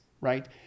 right